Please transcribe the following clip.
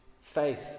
faith